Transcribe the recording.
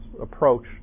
approach